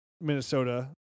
Minnesota